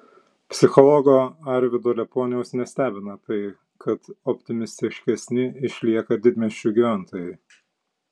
psichologo arvydo liepuoniaus nestebina tai kad optimistiškesni išlieka didmiesčių gyventojai